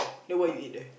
then what you eat there